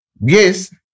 Yes